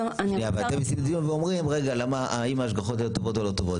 ואתם מסיטים את הדיון ואומרים האם ההשגחות טובות או לא טובות.